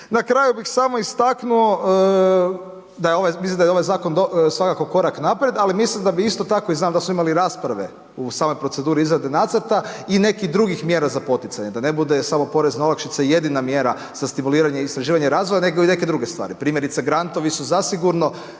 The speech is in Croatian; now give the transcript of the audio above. Na kraju bih samo istaknuo da je ovaj zakon svakako korak naprijed, ali mislim da bi isto tako i znam da smo imali rasprave u samoj proceduri izrade nacrta i nekih drugih mjera za poticanje, da ne bude samo porezna olakšica jedina mjera za stimuliranje i istraživanje razvoja, nego i neke druge stvari. Primjerice grantovi su zasigurno